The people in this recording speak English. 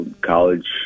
college